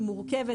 היא מורכבת,